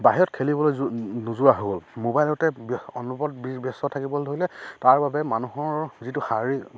বাহিৰত খেলিবলৈ নোযোৱা হৈ গ'ল মোবাইলতে অনবৰত ব্যস্ত থাকিবলৈ ধৰিলে তাৰ বাবে মানুহৰ যিটো শাৰীৰিক